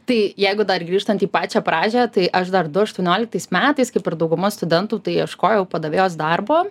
tai jeigu dar grįžtant į pačią pradžią tai aš dar du aštuonioliktais metais kaip ir dauguma studentų tai ieškojau padavėjos darbo